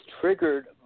triggered